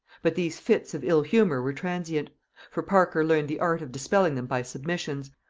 but these fits of ill-humor were transient for parker learned the art of dispelling them by submissions,